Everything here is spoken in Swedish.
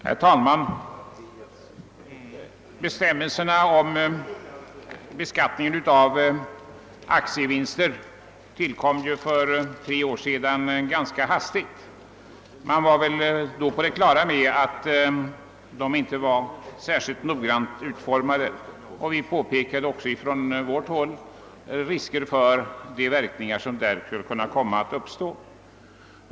Herr talman! Bestämmelserna om beskattningen av aktievinster tillkom ju ganska hastigt för tre år sedan. Man var väl då på det klara med att de inte var så särskilt noggrant utformade, och vi påpekade också från vårt håll riskerna för de verkningar som därvidlag skulle kunna uppstå.